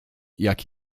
jak